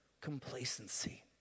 Complacency